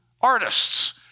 artists